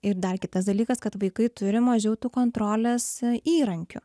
ir dar kitas dalykas kad vaikai turi mažiau tų kontrolės įrankių